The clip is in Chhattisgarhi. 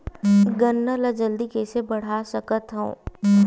गन्ना ल जल्दी कइसे बढ़ा सकत हव?